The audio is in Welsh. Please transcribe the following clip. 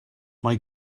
mae